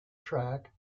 track